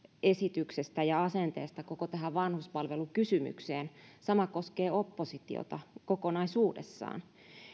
esityksestä ja asenteesta koko tähän vanhuspalvelukysymykseen sama koskee oppositiota kokonaisuudessaan